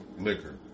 liquor